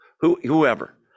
whoever